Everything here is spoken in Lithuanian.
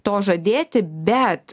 to žadėti bet